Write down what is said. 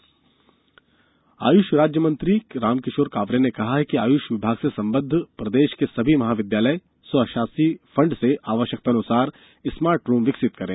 smart room Ayush राज्य मंत्री रामकिशोर कावरे ने कहा है कि आयुष विभाग से संबद्ध प्रदेश के सभी महाविद्यालय स्वशासी फण्ड से आवश्यकतानुसार स्मार्ट रूम विकसित करें